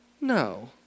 No